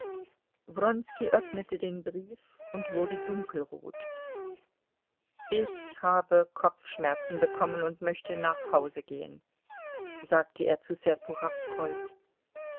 wronski öffnete den brief und wurde dunkelrot ich habe kopfschmerzen bekommen und möchte nach hause gehen sagte er zu